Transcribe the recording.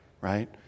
right